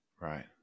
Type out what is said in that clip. Right